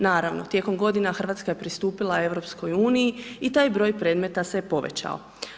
Naravno, tijekom godina Hrvatska je pristupila EU-i i taj broj predmeta se povećao.